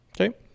Okay